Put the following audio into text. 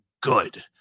good